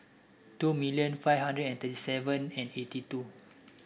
two million five hundred and thirty seven and eighty two